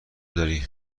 داری